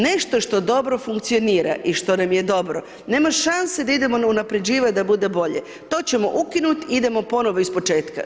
Nešto što dobro funkcionira i što nam je dobro nema šanse da idemo unapređivati da bude bolje, to ćemo ukinuti i idemo ponovno ispočetka.